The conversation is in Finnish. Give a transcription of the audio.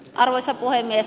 arvoisa puhemies